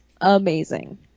amazing